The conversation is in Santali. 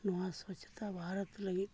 ᱱᱚᱣᱟ ᱥᱚᱪᱪᱚᱛᱟ ᱵᱷᱟᱨᱚᱛ ᱞᱟᱹᱜᱤᱫ